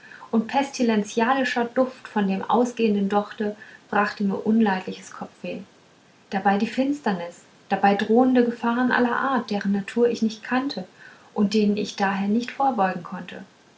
und pestilenzialischer duft von dem ausgehenden dochte brachte mir unleidliches kopfweh dabei die finsternis dabei drohende gefahren aller art deren natur ich nicht kannte und denen ich daher nicht vorbeugen konnte